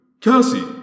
Cassie